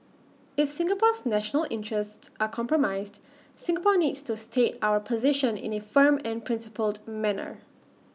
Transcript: if Singapore's national interests are compromised Singapore needs to state our position in A firm and principled manner